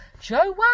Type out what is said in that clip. Joe